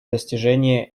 достижении